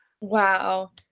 Wow